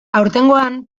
aurtengoan